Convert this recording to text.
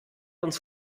uns